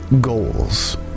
goals